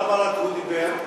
למה רק הוא דיבר?